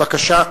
בבקשה.